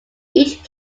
each